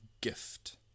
gift